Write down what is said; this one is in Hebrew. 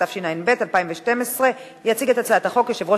התשע"ב 2012. יציג את הצעת החוק יושב-ראש